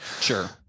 Sure